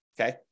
okay